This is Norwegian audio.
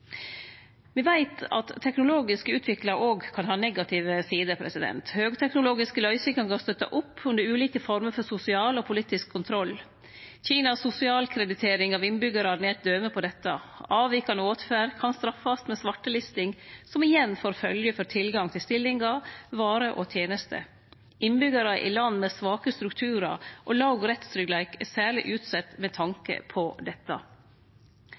Me veit at teknologisk utvikling òg kan ha negative sider. Høgteknologiske løysingar kan støtte opp under ulike former for sosial og politisk kontroll. Kinas sosialkreditering av innbyggjarane er eit døme på dette. Avvikande åtferd kan straffast med svartelisting, som igjen får følgjer for tilgang til stillingar, varer og tenester. Innbyggjarar i land med svake strukturar og låg rettstryggleik er særleg utsette med tanke på dette.